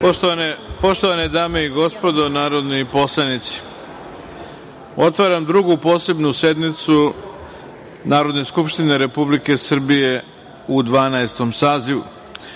Poštovane dame i gospodo narodni poslanici, otvaram Drugu posebnu sednicu Narodne skupštine Republike Srbije u Dvanaestom